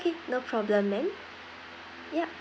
okay no problem ma'am yup